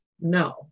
No